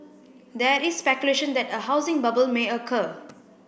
there is speculation that a housing bubble may occur